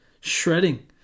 shredding